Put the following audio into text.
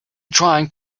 trying